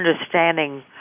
understanding